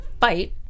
fight